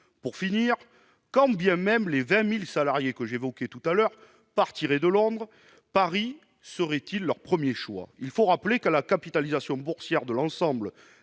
Enfin, quand bien même les 20 000 salariés que j'évoquais quitteraient Londres, Paris serait-il leur premier choix ? Il faut rappeler que la capitalisation boursière de l'ensemble